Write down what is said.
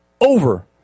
over